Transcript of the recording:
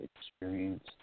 experience